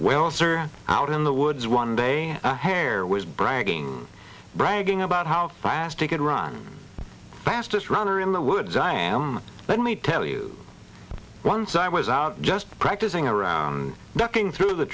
well sir out in the woods one day a hare was bragging bragging about how fast he could run fastest runner in the woods i am let me tell you once i was out just practising around ducking through the